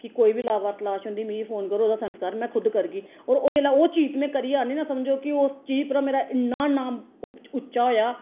कि कोई बी लावारस लाश होंदी मिगी फोन करो ओह्दा संस्कार में खुद करगी होर जेल्लै ओह चीज मै करियै आन्नी ना समझो कि ओस चीज परा मेरा इ'न्ना नाम अप उच्चा होएआ